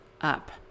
up